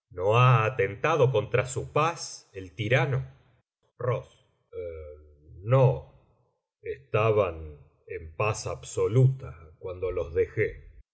no ha atentado contra su paz el tirano no estaban en paz absoluta cuando los dej